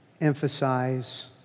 emphasize